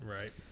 right